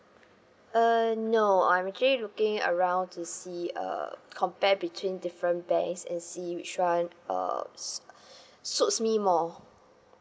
uh no I'm actually looking around to see uh compare between different banks and see which one uh su~ suits me more